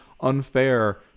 unfair